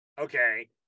okay